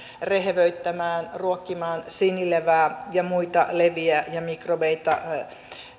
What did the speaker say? rehevöittämään ruokkimaan sinilevää ja muita leviä ja mikrobeita